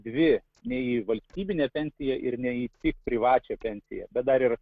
dvi ne į valstybinę pensiją ir ne į tik privačią pensiją bet dar ir